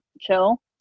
chill